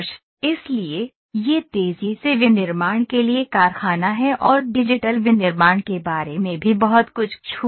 इसलिए यह तेजी से विनिर्माण के लिए कारखाना है और डिजिटल विनिर्माण के बारे में भी बहुत कुछ छू चुका है